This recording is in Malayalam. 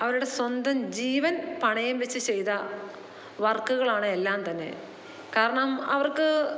അവരുടെ സ്വന്തം ജീവൻ പണയം വെച്ച് ചെയ്ത വർക്കുകളാണ് എല്ലാം തന്നെ കാരണം അവർക്ക്